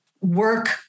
work